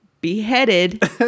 beheaded